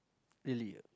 really